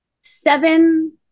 seven